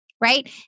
right